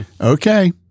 okay